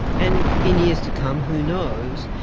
and in years to come, who knows,